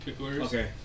Okay